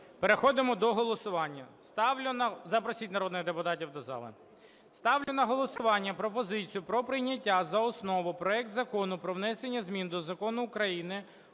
депутатів до зали. Ставлю на голосування пропозицію про прийняття за основу проект Закону про внесення змін до Закону України